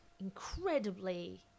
incredibly